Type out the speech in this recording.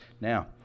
Now